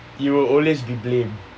you will always be blamed